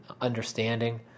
understanding